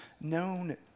known